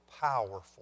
powerful